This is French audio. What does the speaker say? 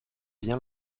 bien